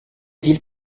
villes